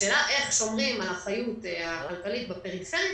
השאלה איך שומרים על אחריות כלכלית בפריפריה